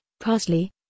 parsley